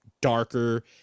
darker